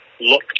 look